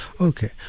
Okay